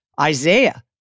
Isaiah